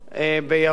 ביהוד.